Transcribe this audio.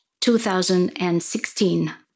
2016